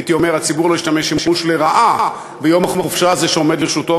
הייתי אומר שהציבור לא ישתמש לרעה ביום החופשה הזה שעומד לרשותו,